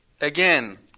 Again